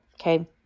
Okay